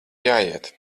jāiet